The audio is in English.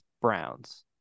Browns